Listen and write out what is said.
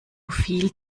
viel